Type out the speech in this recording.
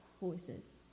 voices